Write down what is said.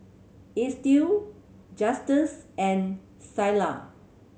Estill Justus and Ceola